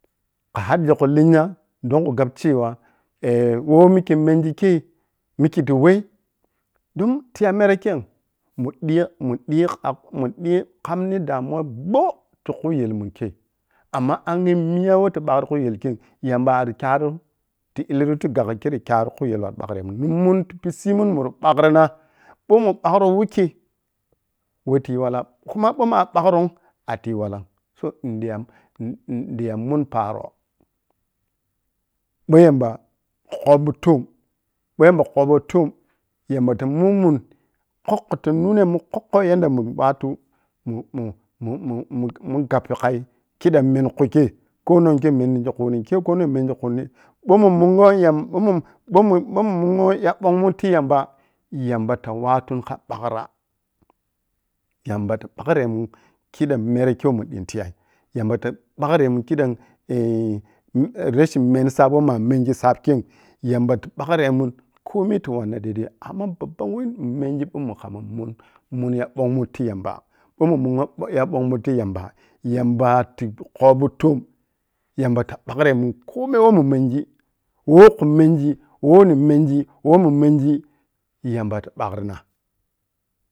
Ghaƌƌigi khu lenya’m don khu gabcewa woh mikkei mingi kei mikkai dawei don tiya mere kei mundigi-mundig kha-mundigi kham nin damuwa gbou ti khu yel mun kei amma angyi miya wei yawattu bagremun khu yel kei yamba arri kyarrum ti illine ti gagh kerme kyaru khu yel kha bagre mun minmun tipiysimun munra ɓagrina bou mu ɓagro wikei weitiyi wala ku ma bou ma ɓagrom gitiyi wal’lam to in-in taƌigi muni paro ɓou yamba khobi toom bou yamba khobi toom, yamba ta munmu kokkho ta nunemun kokkho woh yadda weh mund ɓatu mu-mu-mun-mun mun-mum gabpo khai khiƌam meni khui kei konong kei mengi khuni kei konong kei yamba ta ɓagie mun khidam rashin menji sab woh mamengi sab kam yamba ta ɓagre mun komai ta wannan dai dai amma babban wei nimengi bou ma khamma mun munu ya ɓong mun ti yamba ɓou mun munewo ɓong ya ɓong mun ti yamba yamba ti khobi toom, yamba ta ɓagre mun komai woh mun mengi who khu mengi, woh mun mengi who khu mengi, woh nimengi, woh mengi yamba ta ɓagrina.